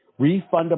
refundable